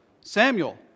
Samuel